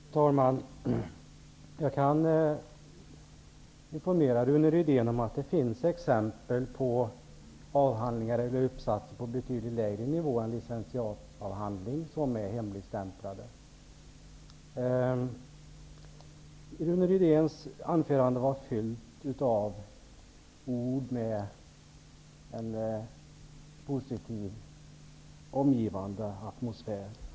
Fru talman! Jag kan informera Rune Rydén om att det finns exempel på avhandlingar eller uppsatser på betydligt lägre nivå än licentiatavhandling som är hemligstämplade. Rune Rydéns anförande var fyllt av ord som omges av en positiv atmosfär.